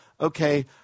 okay